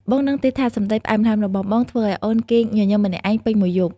បងដឹងទេថា សម្តីផ្អែមល្ហែមរបស់បង ធ្វើឱ្យអូនគេងញញឹមម្នាក់ឯងពេញមួយយប់?